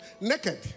Naked